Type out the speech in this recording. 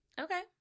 okay